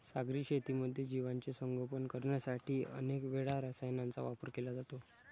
सागरी शेतीमध्ये जीवांचे संगोपन करण्यासाठी अनेक वेळा रसायनांचा वापर केला जातो